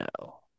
No